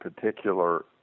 particular